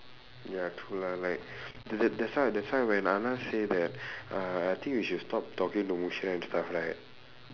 ya true lah like that that that's why that's why when anand say that uh I think we should stop talking to and stuff right